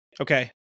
Okay